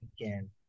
again